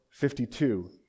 52